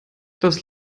das